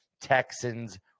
Texans